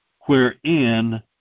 wherein